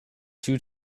two